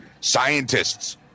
Scientists